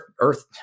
Earth